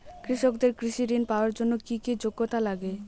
কৃষকদের কৃষি ঋণ পাওয়ার জন্য কী কী যোগ্যতা লাগে?